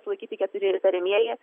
sulaikyti keturi įtariamieji